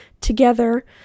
together